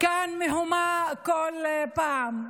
כאן מהומה כל פעם.